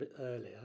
earlier